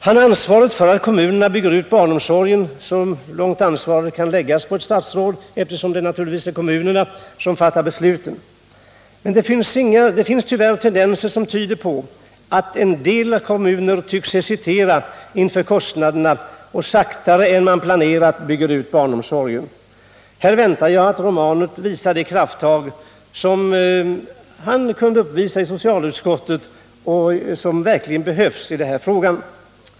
Han har ansvaret för att kommunerna bygger ut barnomsorgen , så långt det ansvaret kan läggas på ett statsråd eftersom det naturligtvis är kommunerna som fattar besluten. Det finns tyvärr tendenser som tyder på att en del kommuner tycks hesitera inför kostnaderna och bygger ut barnomsorgen långsammare än man planerat. Här väntar jag att Gabriel Romanus tar de krafttag som han kunde uppvisa i socialutskottet och som verkligen behövs när det gäller den här frågan.